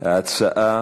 ההצעה